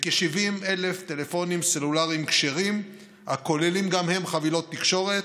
וכ-70,000 טלפונים סלולריים כשרים הכוללים גם הם חבילות תקשורת,